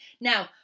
now